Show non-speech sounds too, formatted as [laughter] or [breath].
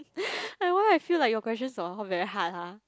[breath] why I feel like your question are all very hard ah